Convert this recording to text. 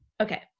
Okay